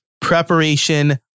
preparation